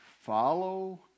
follow